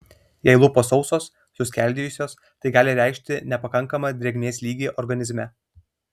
jei lūpos sausos suskeldėjusios tai gali reikšti nepakankamą drėgmės lygį organizme